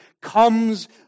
comes